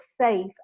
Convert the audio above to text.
safe